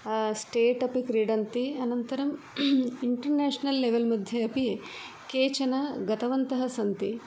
state अपि क्रीडन्ति अनन्तरम् इन्टर् नेषनल् लेवेल् मध्ये अपि केचन गतवन्तः सन्ति